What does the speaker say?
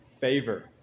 favor